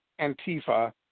Antifa